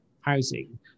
housing